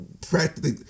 practically